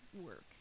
work